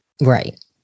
Right